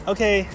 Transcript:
Okay